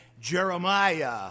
Jeremiah